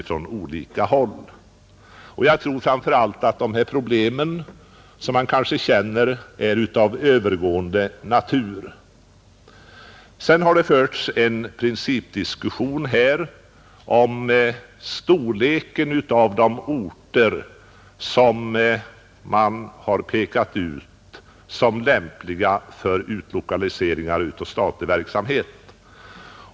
Framför allt tror jag att problemen i samband med flyttningen är av övergående natur, Det har förts en principdiskussion om storleken av de orter som har angivits som lämpliga för utlokalisering av statlig verksamhet.